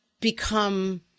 become